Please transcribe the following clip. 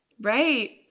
Right